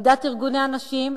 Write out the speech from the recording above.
עמדת ארגוני הנשים,